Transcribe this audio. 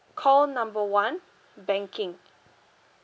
call number one banking